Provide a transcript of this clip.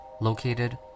located